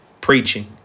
preaching